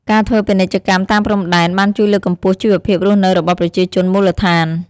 ការធ្វើពាណិជ្ជកម្មតាមព្រំដែនបានជួយលើកកម្ពស់ជីវភាពរស់នៅរបស់ប្រជាជនមូលដ្ឋាន។